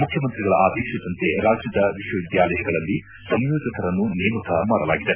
ಮುಖ್ಯಮಂತ್ರಿಗಳ ಆದೇಶದಂತೆ ರಾಜ್ಯದ ವಿಶ್ವವಿದ್ಯಾನಿಲಯಗಳಲ್ಲಿ ಸಂಯೋಜಕರನ್ನು ನೇಮಕ ಮಾಡಲಾಗಿದೆ